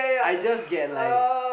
I just get like